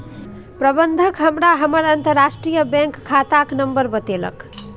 प्रबंधक हमरा हमर अंतरराष्ट्रीय बैंक खाताक नंबर बतेलक